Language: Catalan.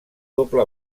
doble